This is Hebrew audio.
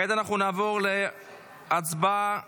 כעת נעבור להצבעה על